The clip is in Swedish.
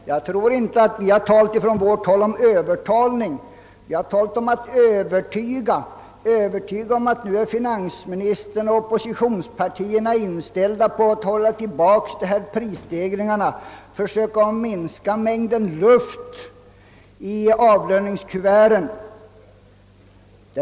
Vi på vårt håll har inte talat om någon »Öövertalning» utan om nödvändigheten av att »övertyga» vederbörande om att finansministern och oppositionspartierna är inställda på att hålla tillbaka prisstegringarna och försöka minska mängden luft i avlöningskuverten.